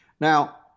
Now